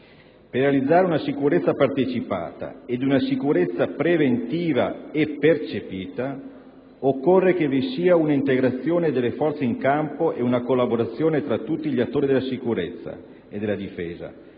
Per realizzare una sicurezza partecipata ed una sicurezza preventiva e percepita, occorre che vi siano un'integrazione delle forze in campo ed una collaborazione tra tutti gli attori della sicurezza e della difesa,